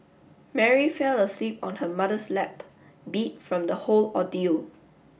Mary fell asleep on her mother's lap beat from the whole ordeal